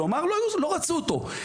כלומר לא רצו אותו.